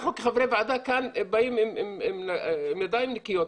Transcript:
אנחנו כחברי ועדה כאן באים עם ידיים נקיות,